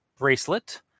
bracelet